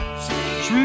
Sweet